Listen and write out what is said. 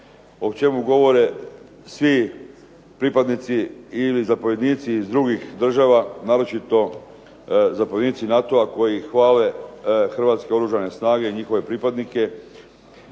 o čemu govore svi pripadnici ili zapovjednici iz drugih država, naročito zapovjednici NATO-a koji hvale hrvatske oružane snage, njihove pripadnike.